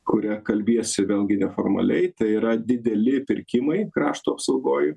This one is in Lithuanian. kuria kalbiesi vėlgi neformaliai tai yra dideli pirkimai krašto apsaugoj